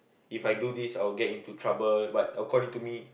If I do this I'll get into trouble but according to me